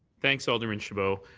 thanks, alderman chabot.